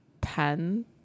pen